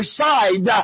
side